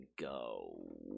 go